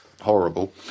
Horrible